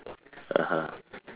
(uh huh)